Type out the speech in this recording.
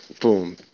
Boom